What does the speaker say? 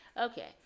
Okay